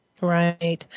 Right